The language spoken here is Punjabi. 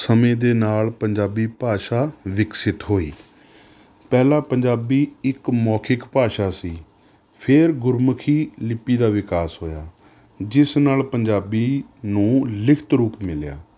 ਸਮੇਂ ਦੇ ਨਾਲ ਪੰਜਾਬੀ ਭਾਸ਼ਾ ਵਿਕਸਿਤ ਹੋਈ ਪਹਿਲਾਂ ਪੰਜਾਬੀ ਇੱਕ ਮੌਖਿਕ ਭਾਸ਼ਾ ਸੀ ਫਿਰ ਗੁਰਮੁਖੀ ਲਿਪੀ ਦਾ ਵਿਕਾਸ ਹੋਇਆ ਜਿਸ ਨਾਲ ਪੰਜਾਬੀ ਨੂੰ ਲਿਖਤ ਰੂਪ ਮਿਲਿਆ